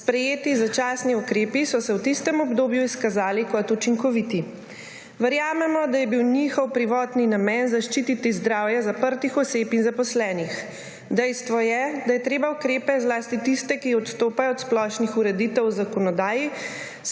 Sprejeti začasni ukrepi so se v tistem obdobju izkazali kot učinkoviti. Verjamemo, da je bil njihov prvotni namen zaščititi zdravje zaprtih oseb in zaposlenih. Dejstvo je, da je treba ukrepe, zlasti tiste, ki odstopajo od splošnih ureditev v zakonodaji,